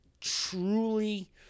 truly